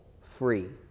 free